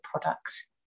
products